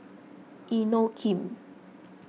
Inokim